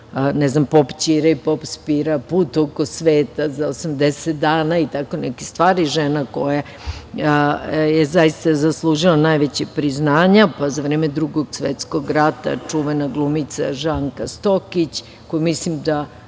„Pop Ćira i pop Spira“, „Put oko sveta za 80 dana“ i tako neke stvari, žena koja je zaista zaslužila najveća priznanja. Zatim, za vreme Drugog svetskog rata čuvena glumica Žanka Stokić, koja mislim da